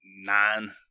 nine